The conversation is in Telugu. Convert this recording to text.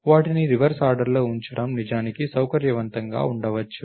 వాటిని రివర్స్ ఆర్డర్లో ఉంచడం నిజానికి సౌకర్యవంతంగా ఉండవచ్చు